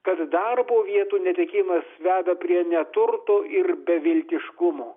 kad darbo vietų netekimas veda prie neturto ir beviltiškumo